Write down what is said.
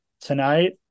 Tonight